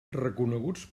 reconeguts